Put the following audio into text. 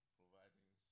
providing